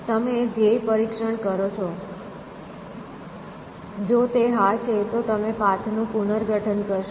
તમે ધ્યેય પરીક્ષણ કરો છો જો તે હા છે તો તમે પાથનું પુનર્ગઠન કરો